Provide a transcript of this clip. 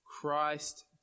Christ